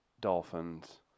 Dolphins